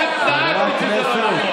אתם דאגתם שהוא לא יעבור.